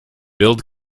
build